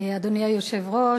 אדוני היושב-ראש,